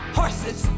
horses